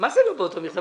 מה זה לא באותו במכתב?